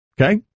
Okay